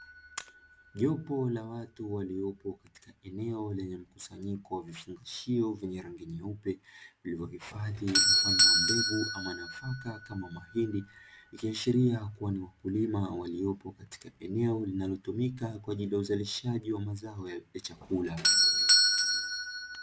Jopo la watu waliopo katika eneo lenye mkusanyiko wa vifungashio vyenye rangi nyeupe, vilivyohifadhi mfano wa mbegu ama nafaka kama mahindi, ikiashiria kuwa ni wakulima waliopo katika eneo linalotumika kwa ajili ya uzalishaji wa mazao ya chakula.